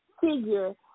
figure